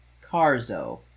carzo